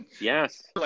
Yes